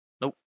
Nope